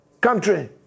country